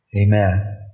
amen